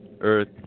Earth